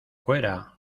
fuera